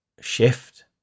shift